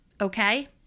Okay